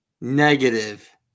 Negative